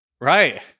Right